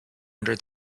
under